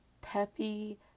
peppy